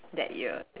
that year